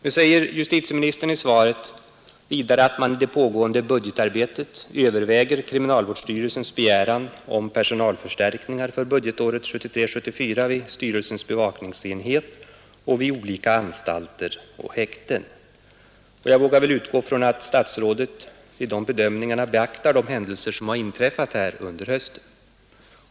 Nu säger justitieministern i svaret vidare att man i det pågående budgetarbetet överväger kriminalvårdsstyrelsens begäran om personalförstärkningar för budgetåret 1973/74 vid styrelsens bevakningsenhet och vid olika anstalter och häkten. Jag vågar väl utgå från att statsrådet vid dessa bedömningar beaktar de händelser som har inträffat här under hösten.